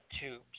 tubes